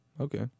Okay